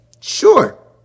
Sure